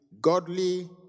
godly